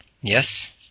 Yes